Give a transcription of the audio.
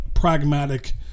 pragmatic